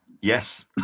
Yes